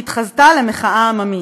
שהתחזתה למחאה עממית.